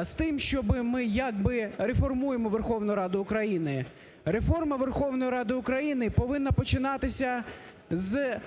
з тим, щоби ми як би реформуємо Верховну Раду України. Реформа Верховної Ради України повинна починатися з